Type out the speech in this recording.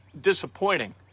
disappointing